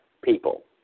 people